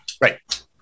Right